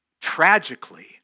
tragically